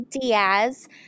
Diaz